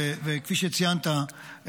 וכפי שציינת,